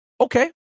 okay